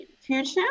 future